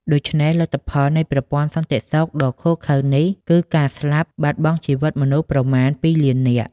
ដូច្នេះ លទ្ធផលនៃប្រព័ន្ធសន្តិសុខដ៏ឃោរឃៅនេះគឺការស្លាប់បាត់បង់ជីវិតមនុស្សប្រមាណ ២ លាននាក់ ។